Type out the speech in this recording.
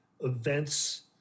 events